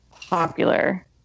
popular